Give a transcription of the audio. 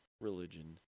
religion